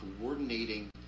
coordinating